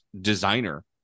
designer